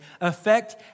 affect